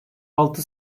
altı